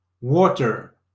water